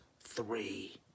three